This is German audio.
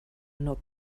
nur